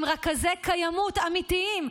עם רכזי קיימות אמיתיים,